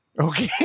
okay